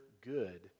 good